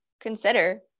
consider